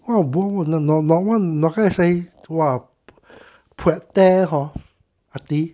hor ah di